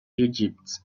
egypt